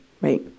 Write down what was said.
Right